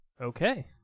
Okay